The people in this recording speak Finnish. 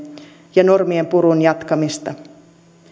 ja normien purun jatkamista